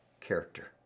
character